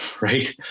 right